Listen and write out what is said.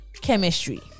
chemistry